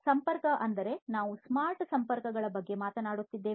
ಸಂಪರ್ಕ ಅಂದರೆ ನಾವು ಸ್ಮಾರ್ಟ್ ಸಂಪರ್ಕಗಳ ಬಗ್ಗೆ ಮಾತನಾಡುತ್ತಿದ್ದೇವೆ